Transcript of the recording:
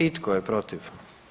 I tko je protiv?